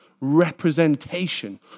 representation